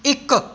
ਇੱਕ